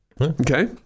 Okay